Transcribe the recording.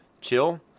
chill